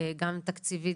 גם תקציבית,